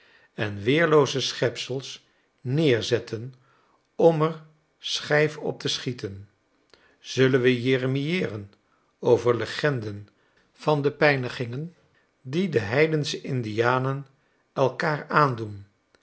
en weerlooze schepsels neerzetten om er schijf op te schieten zullen we jeremieeren over legenden van de pijnigingen die de heidensche indianen elkaar aandoen